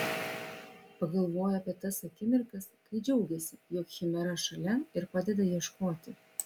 pagalvojo apie tas akimirkas kai džiaugėsi jog chimera šalia ir padeda ieškoti